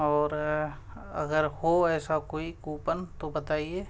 اور اگر ہو ایسا کوئی کوپن تو بتائیے